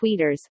tweeters